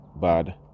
bad